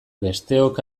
besteok